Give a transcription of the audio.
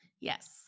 Yes